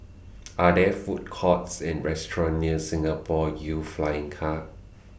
Are There Food Courts and restaurants near Singapore Youth Flying Car